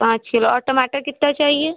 पाँच किलो और टमाटर कितना चाहिए